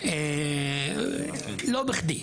לא בכדי.